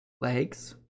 Legs